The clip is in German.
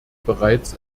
bereits